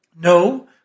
No